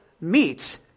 meet